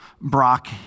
Brock